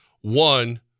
one